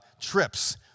trips